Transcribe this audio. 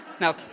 Now